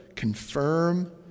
confirm